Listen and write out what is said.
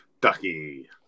Ducky